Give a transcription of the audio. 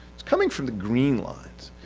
it's coming from the green lines.